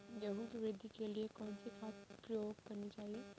गेहूँ की वृद्धि के लिए कौनसी खाद प्रयोग करनी चाहिए?